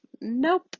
nope